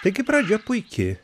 taigi pradžia puiki